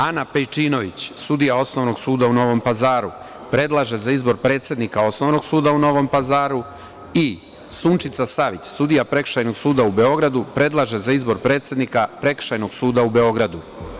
Ana Pejčinović, sudija Osnovnog suda u Novom Pazaru, predlaže za izbor predsednika Osnovnog suda u Novom Pazaru i Sunčica Savić, sudija Prekršajnog suda u Beogradu predlaže za izbor predsednika Prekršajnog suda u Beogradu.